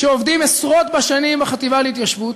שעובדים עשרות בשנים בחטיבה להתיישבות,